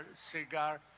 cigar